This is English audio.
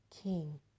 king